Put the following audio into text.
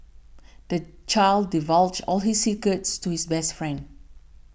the child divulged all his secrets to his best friend